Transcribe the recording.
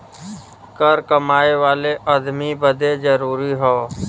कर कमाए वाले अदमी बदे जरुरी हौ